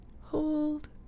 hold